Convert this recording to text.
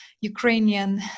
Ukrainian